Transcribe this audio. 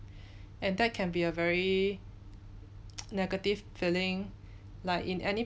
and that can be a very negative feeling like in any